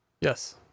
Yes